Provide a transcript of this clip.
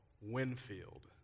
Winfield